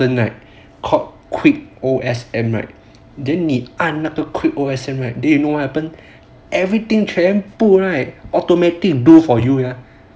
button right called quick O_S_M right then 你按那个 quick O_S_M right then you know what happened everything 全部 right automatic do for you sia